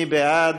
מי בעד?